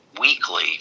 weekly